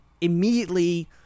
immediately